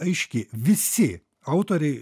aiški visi autoriai